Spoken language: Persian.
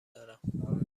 دارم